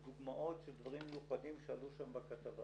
דוגמאות של דברים מיוחדים שעלו שם בכתבה.